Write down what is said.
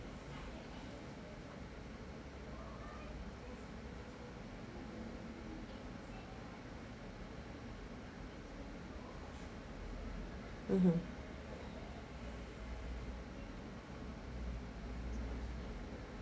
mmhmm